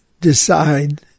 decide